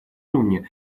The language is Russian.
уровне